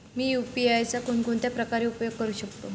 मी UPI चा कोणकोणत्या प्रकारे उपयोग करू शकतो?